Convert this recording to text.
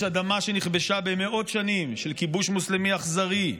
יש אדמה שנכבשה במאות שנים של כיבוש מוסלמי אכזרי: